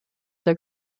der